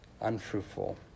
unfruitful